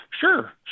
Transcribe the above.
Sure